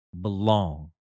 belong